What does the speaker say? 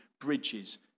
bridges